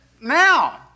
now